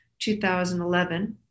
2011